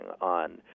on